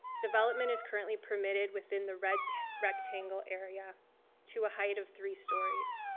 development is currently permitted within the red rectangle area to a height of three stories.